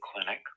Clinic